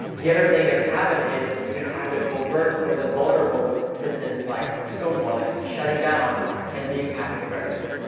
the other thing that could happen is you could have the covert or the vulnerable symptoms like stonewalling, shutting down and being passive aggressive.